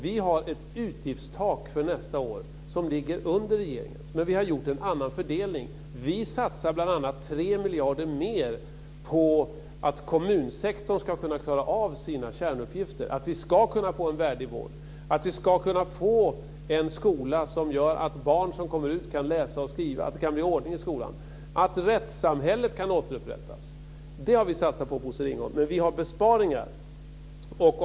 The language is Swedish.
Vi har ett utgiftstak för nästa år som ligger under regeringens. Vi har gjort en annan fördelning. Vi satsar bl.a. 3 miljarder mer på att kommunsektorn ska kunna klara av sina kärnuppgifter, att vi ska kunna få en värdig vård och en skola där barn lär sig läsa och skriva, att det blir ordning i skolan och att rättssamhället kan återupprättas. Det har vi satsat på, Bosse Ringholm. Men vi har besparingar också.